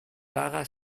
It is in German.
lara